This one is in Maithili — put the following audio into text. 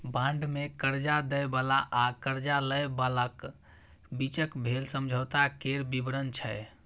बांड मे करजा दय बला आ करजा लय बलाक बीचक भेल समझौता केर बिबरण छै